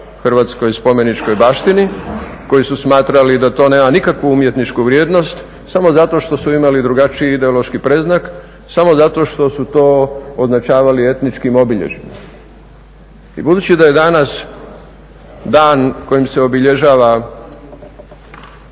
hrvatskoj spomeničkoj baštini, koji su smatrali da to nema nikakvu umjetničku vrijednost samo zato što su imali drugačiji ideološki predznak, samo zato što su to označavali etničkim obilježjima. I budući da je danas dan kojim se obilježava